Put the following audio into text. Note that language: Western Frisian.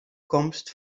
komst